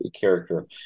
character